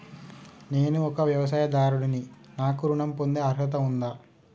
నేను ఒక వ్యవసాయదారుడిని నాకు ఋణం పొందే అర్హత ఉందా?